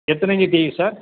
எத்தனை inch TV sir